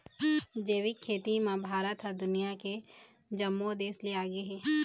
जैविक खेती म भारत ह दुनिया के जम्मो देस ले आगे हे